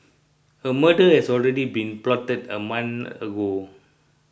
a murder had already been plotted a month ago